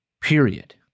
Period